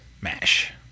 MASH